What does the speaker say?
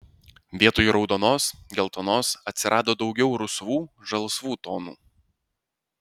vietoj raudonos geltonos atsirado daugiau rusvų žalsvų tonų